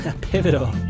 pivotal